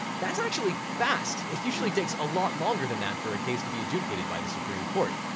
that's actually fast. it usually takes a lot longer than that for a case to be adjudicated by the supreme court.